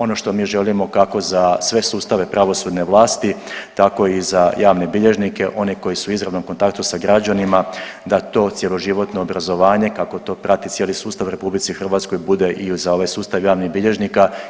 Ono što mi želimo kako za sve sustave pravosudne vlasti, tako i za javne bilježnike, one koji su u izravnom kontaktu sa građanima da to cjeloživotno obrazovanje kako to prati cijeli sustav u Republici Hrvatskoj bude i za ovaj sustav javnih bilježnika.